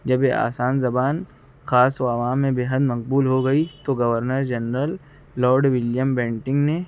جب یہ آسان زبان خاص و عوام میں بےحد مقبول ہو گئی تو governor general lord William Bentinck نے